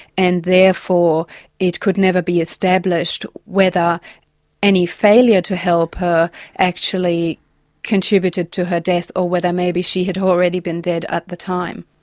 and therefore it could never be established whether any failure to help her actually contributed to her death or whether maybe she had already been dead at the time.